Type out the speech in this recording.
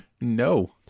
No